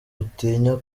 utinya